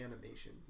animation